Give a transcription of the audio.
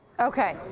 Okay